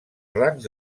rangs